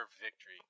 victory